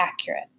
accurate